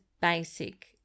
basic